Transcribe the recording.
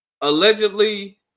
Allegedly